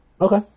Okay